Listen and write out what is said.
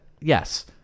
yes